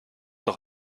doch